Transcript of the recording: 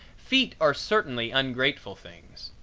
feet are certainly ungrateful things.